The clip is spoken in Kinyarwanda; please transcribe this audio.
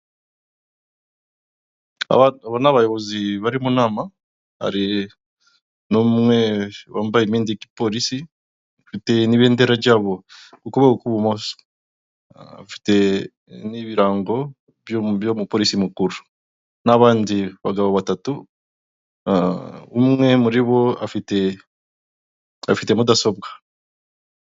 Aba ni abayobozi bari mu nama. Hari umwe wambaye imyenda y'igipolisi ufite n'ibendera ryabo ku kuboko kw'ibumoso, afite n'ibirango by'umupolisi mukuru, n'abandi bagabo batatu umwe muri bo afite mudasobwa.